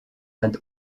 and